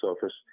surface